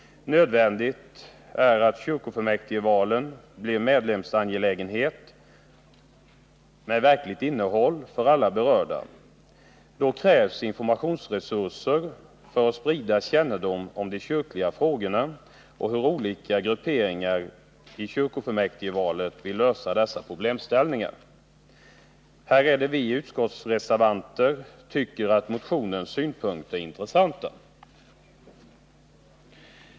Nödvändigt är att kyrkofullmäktigvalen blir en medlemsangelägenhet, med verkligt innehåll för alla berörda. Då krävs informationsresurser för att sprida kännedom om de kyrkliga frågorna och om hur olika grupperingar i kyrkofullmäktigvalet vill lösa dessa problem. Här är det som vi utskottsreservanter tycker att motionens synpunkter är intressanta.